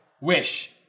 wish